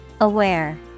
Aware